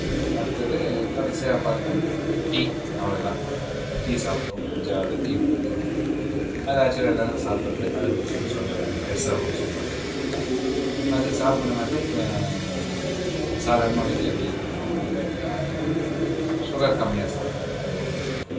அடுத்தது கடைசியாக பார்த்தா டீ அவ்வளோதான் டீ சாப்பிடுவேன் அஞ்சாவது டீ பிடிக்கும் அது ஆக்சுவலாக எல்லாரும் சாப்பிடுறது அதை பற்றி எதுவும் சொல்ல வேணாம் பெருசாக ஒன்றும் சொல்கிறதுக்கு ஒன்றும் இல்லை அதை சாப்பிடுணுனாக்க சாதாரணமாக வீட்டில் எப்படி பண்ணுவாங்க அது மாதிரி நார்மலாகருக்கும் சுகர் கம்மியாக சாப்பிடுவேன் அது ஒன்று பிடிக்கும்